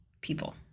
people